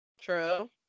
True